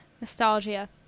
Nostalgia